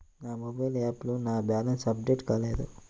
నా మొబైల్ యాప్లో నా బ్యాలెన్స్ అప్డేట్ కాలేదు